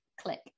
Click